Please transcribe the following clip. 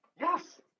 Yes